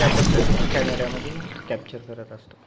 त्या पद्धतीने कॅमेऱ्यामध्ये कॅप्चर करत असतो